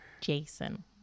Jason